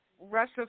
Russia